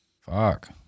Fuck